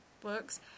books